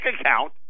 account